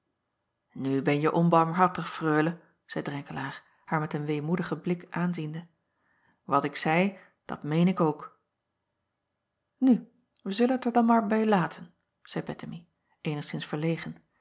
u benje onbarmhartig reule zeî renkelaer haar met een weemoedigen blik aanziende wat ik zeî dat meen ik ook u wij zullen het er dan maar bij laten zeî ettemie eenigszins verlegen